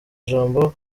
ijambo